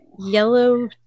Yellow